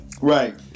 Right